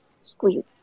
squeeze